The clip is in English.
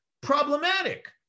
problematic